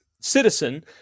citizen